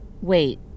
Wait